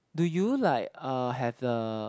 do you like uh have the